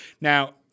Now